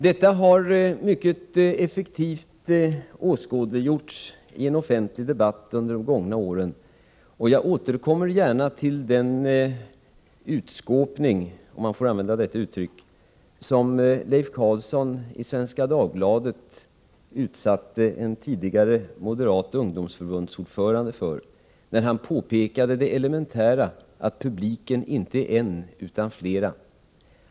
Detta har mycket effektivt åskådliggjorts i en offentlig debatt under de gångna åren. Jag återkommer gärna till den ”utskåpning” — om jag får använda detta uttryck — som Leif Carlsson i Svenska Dagbladet utsatte en tidigare ordförande i Moderata ungdomsförbundet för, när han påpekade det elementära att publiken inte är en utan flera.